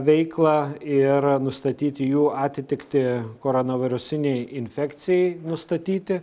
veiklą ir nustatyti jų atitiktį koronavirusinei infekcijai nustatyti